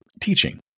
teaching